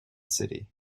city